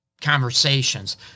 conversations